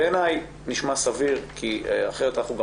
בעיניי זה נשמע סביר כי אחרת אנחנו גם